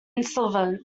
insolvent